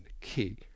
key